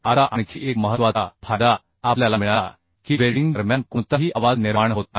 आता आणखी एक महत्त्वाचा फायदा आपल्याला मिळाला की वेल्डिंग दरम्यान कोणताही आवाज निर्माण होत नाही